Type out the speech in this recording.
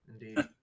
indeed